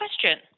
question